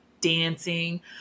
dancing